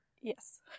Yes